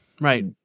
Right